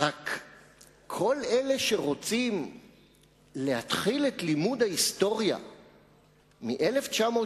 רק כל אלה שרוצים להתחיל את לימוד ההיסטוריה מ-1967,